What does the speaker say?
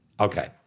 Okay